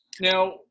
Now